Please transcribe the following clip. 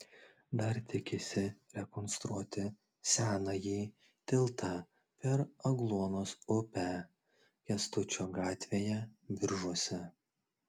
dar tikisi rekonstruoti senąjį tiltą per agluonos upę kęstučio gatvėje biržuose